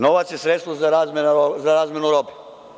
Novac je sredstvo za razmenu robe.